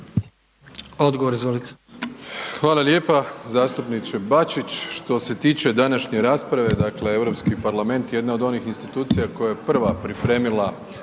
odgovor izvolite.